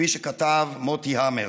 כפי שכתב מוטי המר.